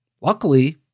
Luckily